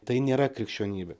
tai nėra krikščionybė